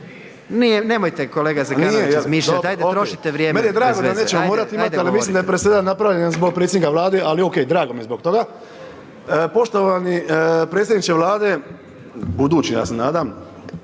Ajde, ajde, govorite./... Nije, dobro, dobro. Meni je drago da nećemo morati imati, ali mislim da je presedan napravljen zbog predsjednika Vlade, ali okej, drago mi je zbog toga. Poštovani predsjedniče Vlade, budući, ja se nadam,